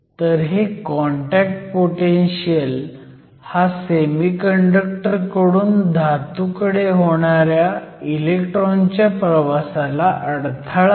तर हे contact potential हा सेमीकंडक्टर कडून धातूकडे होणाऱ्या इलेक्ट्रॉनच्या प्रवासाला अडथळा आहे